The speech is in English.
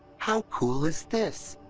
how cool is this?